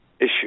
issue